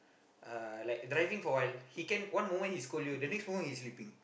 uh like driving for a while he can one moment he scold you the next moment he sleeping